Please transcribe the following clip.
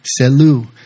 selu